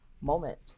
moment